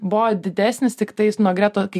buvo didesnis tiktais nuo greto kai